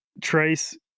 Trace